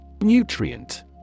Nutrient